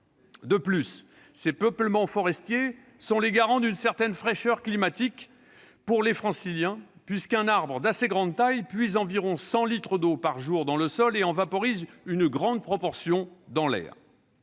De plus, ces peuplements forestiers sont les garants d'une certaine fraîcheur climatique pour les Franciliens, puisqu'un arbre d'assez grande taille puise environ 100 litres d'eau par jour dans le sol et en vaporise une grande proportion dans l'air.